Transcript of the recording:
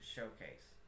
Showcase